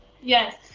Yes